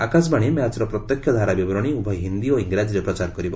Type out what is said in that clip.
ଆକାଶବାଣୀ ମ୍ୟାଚ୍ର ପ୍ରତ୍ୟକ୍ଷ ଧାରାବିବରଣୀ ଉଭୟ ହିନ୍ଦୀ ଓ ଙ୍ଗରାଜିରେ ପ୍ରଚାର କରିବ